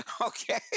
Okay